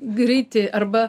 greiti arba